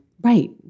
right